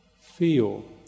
feel